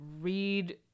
read